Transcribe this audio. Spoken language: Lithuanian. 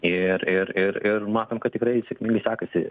ir ir ir ir matom kad tikrai sėkmingai sekasi